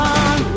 on